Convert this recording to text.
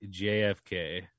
JFK